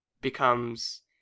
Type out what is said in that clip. becomes